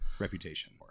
reputation